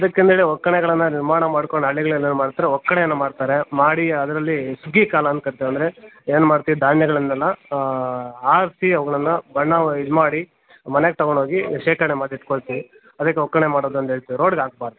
ಅದಕ್ಕಂಥೇಳಿ ಒಕ್ಕಣೆಗಳನ್ನು ನಿರ್ಮಾಣ ಮಾಡ್ಕೊಂಡು ಹಳ್ಳಿಗಳಲ್ಲಿ ಏನ್ಮಾಡ್ತಾರೆ ಒಕ್ಕಣೆಯನ್ನು ಮಾಡ್ತಾರೆ ಮಾಡಿ ಅದರಲ್ಲಿ ಸುಗ್ಗಿಕಾಲ ಅಂದ್ಕೊಳ್ತೇವೆ ಅಂದರೆ ಏನ್ಮಾಡ್ತೀವಿ ಧಾನ್ಯಗಳನ್ನೆಲ್ಲ ಆರಿಸಿ ಅವುಗಳನ್ನು ಬಣ್ಣ ಇದುಮಾಡಿ ಮನೆಗೆ ತೊಗೊಂಡೋಗಿ ಶೇಖರ್ಣೆ ಮಾಡಿಟ್ಕೊಳ್ತೀವಿ ಅದಕ್ಕೆ ಒಕ್ಕಣೆ ಮಾಡೋದಂಥೇಳ್ತೀವಿ ರೋಡಿಗೆ ಹಾಕ್ಬಾರ್ದು